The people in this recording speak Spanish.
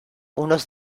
unos